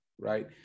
right